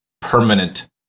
permanent